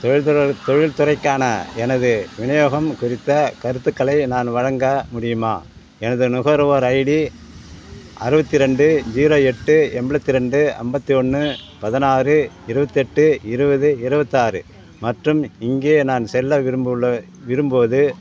தொழில்துறை தொழில்துறைக்கான எனது விநியோகம் குறித்த கருத்துக்களை நான் வழங்க முடியுமா எனது நுகர்வோர் ஐடி அறுபத்தி ரெண்டு ஜீரோ எட்டு எம்ப்லத்தி ரெண்டு ஐம்பத்தி ஒன்று பதினாறு இருபத்தெட்டு இருபது இருபத்தாறு மற்றும் இங்கே நான் சொல்ல விரும்புல விரும்புவது